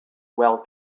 while